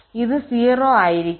ഇത് 0 ആയിരിക്കും